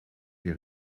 les